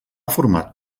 format